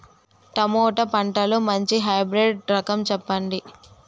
Tomato పంటలో మంచి hybrid రకం చెప్పండి?